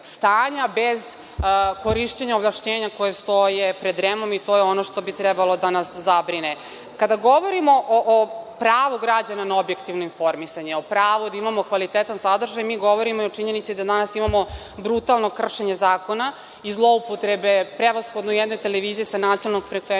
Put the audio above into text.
bez korišćenja ovlašćenja koje stoje pred REM-om i to je ono što bi trebalo da nas zabrine. Kada govorimo o pravu građanina na objektivno informisanje, pravo da imamo kvalitetan sadržaj, mi govorimo i o činjenici da danas imamo brutalno kršenje zakona i zloupotrebe, prevashodno jedne televizije sa nacionalnom frekvencijom